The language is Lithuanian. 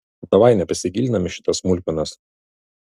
davai nebesigilinam į šitas smulkmenas